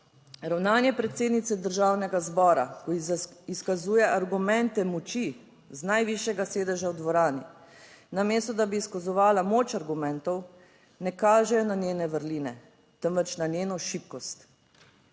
Ravnanje predsednice Državnega zbora, ko izkazuje argumente moči z najvišjega sedeža v dvorani, namesto da bi izkazovala moč argumentov, ne kažejo na njene vrline, temveč na njeno šibkost.